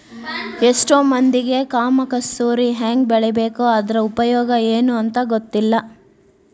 ಎಷ್ಟೋ ಮಂದಿಗೆ ಕಾಮ ಕಸ್ತೂರಿ ಹೆಂಗ ಬೆಳಿಬೇಕು ಅದ್ರ ಉಪಯೋಗ ಎನೂ ಅಂತಾ ಗೊತ್ತಿಲ್ಲ